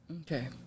okay